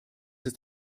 ist